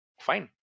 fine